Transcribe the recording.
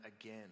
again